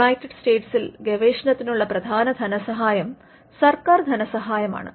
United സ്റ്റേറ്റ്സിൽ ഗവേഷണത്തിനുള്ള പ്രധാന ധനസഹായം സർക്കാർ ധനസഹായമാണ്